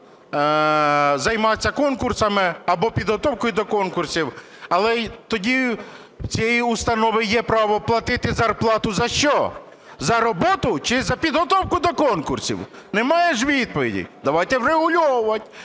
займатися конкурсами або підготовкою до конкурсів. Але тоді в цієї установи є право платити зарплату за що – за роботу чи за підготовку до конкурсів? Немає ж відповіді, давайте врегульовувати,